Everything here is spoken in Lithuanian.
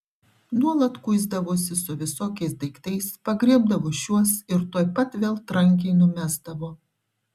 nuolat kuisdavosi su visokiais daiktais pagriebdavo šiuos ir tuoj pat vėl trankiai numesdavo